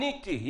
לא כדאי להם,